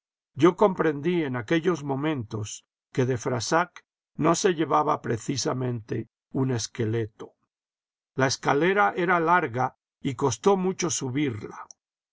yo comprendí en aquellos momentos que de frassac no se llevaba precisamente un esqueleto la escalera era larga y costó mucho subirla